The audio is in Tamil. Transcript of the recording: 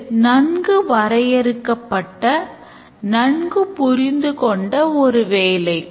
இது நன்கு வரையறுக்கப்பட்ட நன்கு புரிந்துகொண்ட ஒரு வேலை